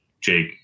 Jake